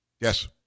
Yes